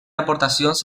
aportacions